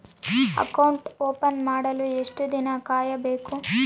Account open ಮಾಡಲು ಎಷ್ಟು ದಿನ ಕಾಯಬೇಕು?